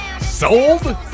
Sold